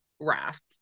raft